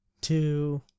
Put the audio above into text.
two